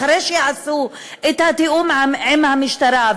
אחרי שיעשו את התיאום עם המשטרה,